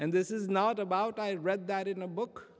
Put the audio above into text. and this is not about i read that in a book